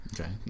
Okay